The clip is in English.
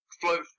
float